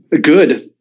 good